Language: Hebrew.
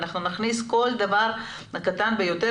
אנחנו נכניס כל דבר קטן ביותר,